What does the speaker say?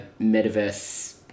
metaverse